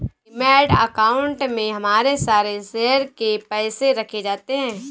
demat account में हमारे सारे शेयर के पैसे रखे जाते हैं